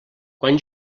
quan